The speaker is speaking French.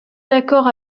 d’accord